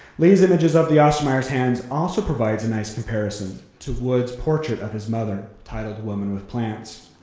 lee's images of the ostermeyer's hands also provides a nice comparison to wood's portrait of his mother, titled woman with plants.